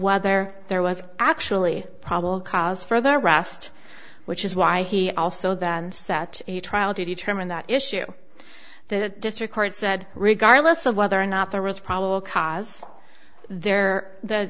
whether there was actually probable cause for the arrest which is why he also then set a trial to determine that issue the district court said regardless of whether or not there was probable cause there the